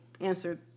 answered